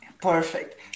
Perfect